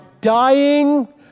dying